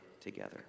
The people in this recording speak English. together